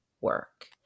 work